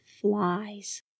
flies